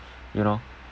you know